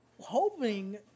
hoping